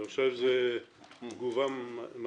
אני חושב שזו תגובה מדהימה.